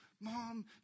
mom